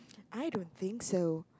I don't think so